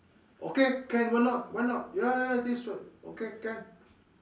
okay can why not why not ya ya think so okay can